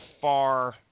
far